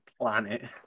planet